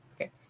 Okay